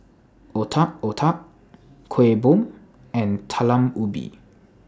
Otak Otak Kueh Bom and Talam Ubi